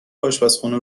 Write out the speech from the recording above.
آشپزخونه